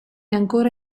ancora